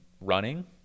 running